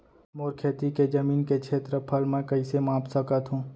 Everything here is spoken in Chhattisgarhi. मोर खेती के जमीन के क्षेत्रफल मैं कइसे माप सकत हो?